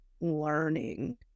learning